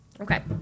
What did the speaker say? Okay